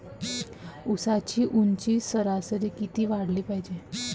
ऊसाची ऊंची सरासरी किती वाढाले पायजे?